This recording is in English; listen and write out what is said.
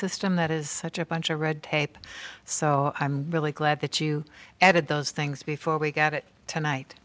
system that is such a bunch of red tape so i'm really glad that you added those things before we got it tonight